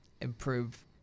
improve